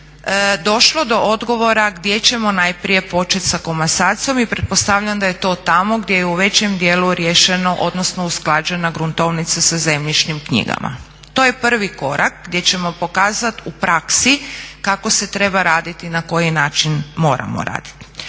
došlo do odgovora gdje ćemo najprije počet sa komasacijom i pretpostavljam da je to tamo gdje je u većem dijelu riješeno odnosno usklađena gruntovnica sa zemljišnim knjigama. To je prvi korak gdje ćemo pokazat u praksi kako se treba radit i na koji način moramo radit.